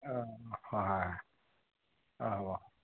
অঁ হয় অঁ হ'ব